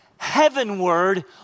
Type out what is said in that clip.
heavenward